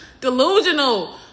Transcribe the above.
Delusional